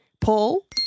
Paul